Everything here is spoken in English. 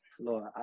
Lord